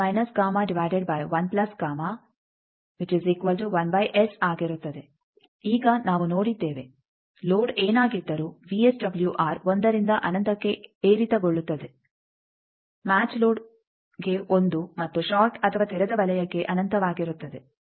ಈಗ ನಾವು ನೋಡಿದ್ದೇವೆ ಲೋಡ್ ಏನಾಗಿದ್ದರೂ ವಿಎಸ್ಡಬಲ್ಯುಆರ್ 1 ರಿಂದ ಅನಂತಕ್ಕೆ ಏರಿತಗೊಳ್ಳುತ್ತದೆ ಮ್ಯಾಚ್ ಲೋಡ್ಗೆ 1 ಮತ್ತು ಷಾರ್ಟ್ ಅಥವಾ ತೆರೆದ ವಲಯಕ್ಕೆ ಅನಂತವಾಗಿರುತ್ತದೆ